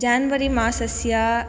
January मासस्य